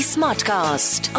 Smartcast